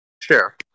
Sure